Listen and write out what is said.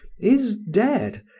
is dead,